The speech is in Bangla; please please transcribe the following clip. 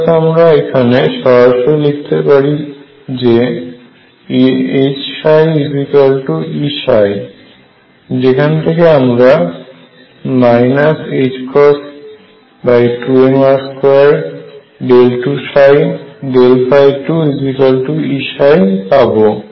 অর্থাৎ আমরা এখানে সরাসরি লিখতে পারি HψEψ যেখান থেকে আমরা 2mR222Eψ পাব